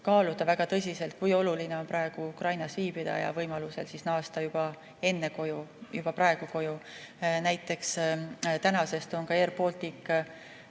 kaaluda väga tõsiselt, kui oluline on praegu Ukrainas viibida, ja võimaluse korral naasta juba enne, juba praegu koju. Näiteks, tänasest on Air Baltic